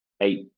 eight